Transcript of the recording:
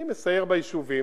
אני מסייר ביישובים,